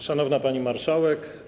Szanowna Pani Marszałek!